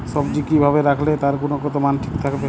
সবজি কি ভাবে রাখলে তার গুনগতমান ঠিক থাকবে?